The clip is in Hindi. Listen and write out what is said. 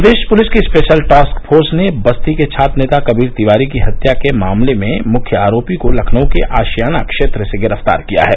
प्रदेश पुलिस की स्पेशल टास्क फोर्स ने बस्ती के छात्र नेता कबीर तिवारी की हत्या के मामले के मुख्य आरोपी को लखनऊ के अशियाना क्षेत्र से गिरफ्तार किया है